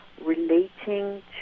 relating